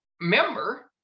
member